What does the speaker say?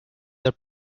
the